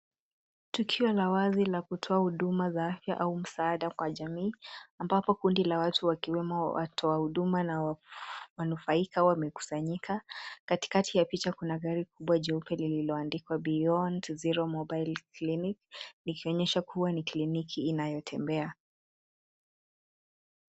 Tukio la wazi la kutoa huduma za afya au msaada kwa jamii ambapo kundi la watu wakiwemo watu wa huduma na wanufaika wamekusanyika. Katikati ya picha kuna gari kubwa jeupe lililoandikwa BEYOND ZERO MOBILE CLINIC likionyesha kuwa ni kliniki inayotembea.